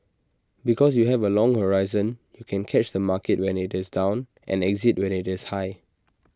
because you have A long horizon you can catch the market when its down and exit when it's high